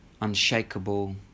unshakable